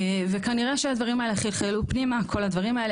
וכנראה שהדברים האלה חלחלו פנימה, כל הדברים האלה.